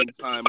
time